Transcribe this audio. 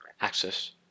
access